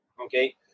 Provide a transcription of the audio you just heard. okay